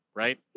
right